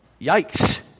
yikes